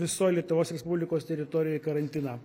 visoj lietuvos respublikos teritorijoj karantiną